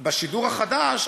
בשידור החדש,